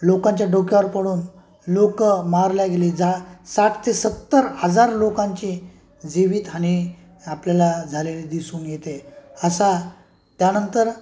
लोकांच्या डोक्यावर पडून लोक मारल्या गेले जा साठ ते सत्तर हजार लोकांची जीवितहानी आपल्याला झालेली दिसून येते आहे असा त्यानंतर